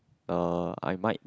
uh I might